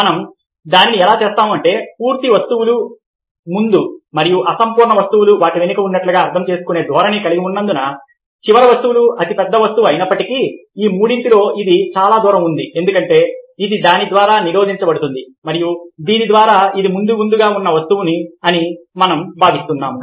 మనం దానిని ఎలా చేస్తాం అంటే పూర్తి వస్తువులు ముందు మరియు అసంపూర్ణ వస్తువులు వాటి వెనుక ఉన్నట్లుగా అర్థం చేసుకునే ధోరణిని కలిగి ఉన్నందున చివరి వస్తువు అతిపెద్ద వస్తువు అయినప్పటికీ ఈ మూడింటిలో ఇది చాలా దూరం ఉంది ఎందుకంటే ఇది దాని ద్వారా నిరోధించబడింది మరియు దీని ద్వారా ఇది ముందు ముందుగా ఉన్న వస్తువు అని మనం భావిస్తున్నాము